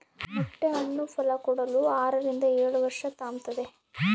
ಮೊಟ್ಟೆ ಹಣ್ಣು ಫಲಕೊಡಲು ಆರರಿಂದ ಏಳುವರ್ಷ ತಾಂಬ್ತತೆ